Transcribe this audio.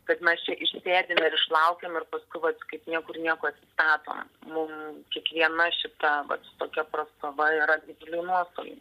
kad mes čia išsėdim ir išlaukiam ir paskui vat kaip niekur nieko atsistatom mum kiekviena šita vat tokia prastova yra didžiuliai nuostoliai